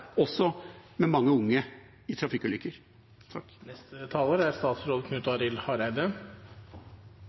også være med mange unge i